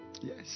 Yes